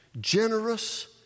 generous